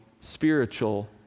spiritual